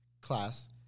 class